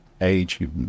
age